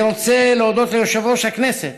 אני רוצה להודות ליושב-ראש הכנסת,